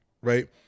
right